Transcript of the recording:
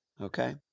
Okay